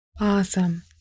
Awesome